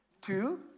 Two